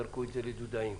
זרקו את זה לדודאים,